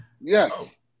Yes